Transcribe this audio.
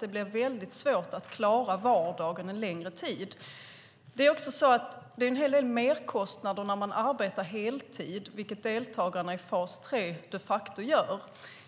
Det blir väldigt svårt att klara vardagen en längre tid. Det är också en hel del merkostnader när man arbetar heltid, vilket deltagarna i fas 3 de facto gör.